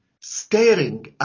staring